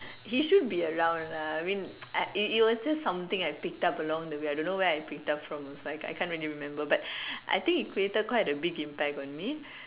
he should be around lah I mean it it was just something I picked up along the way I don't know where I picked up from also I I can't really remember but I think it created quite a big impact on me